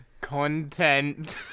content